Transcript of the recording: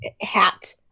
hat